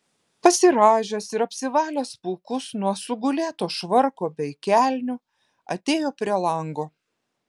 pasirąžęs ir apsivalęs pūkus nuo sugulėto švarko bei kelnių atėjo prie lango